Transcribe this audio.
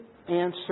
answer